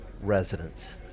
residents